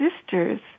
sisters